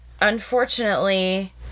unfortunately